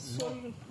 it is